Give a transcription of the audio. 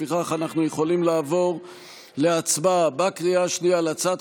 לפיכך אנחנו יכולים לעבור להצבעה בקריאה השנייה על הצעת